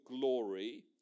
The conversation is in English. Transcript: glory